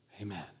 Amen